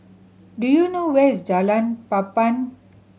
do you know where is Jalan Papan